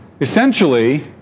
essentially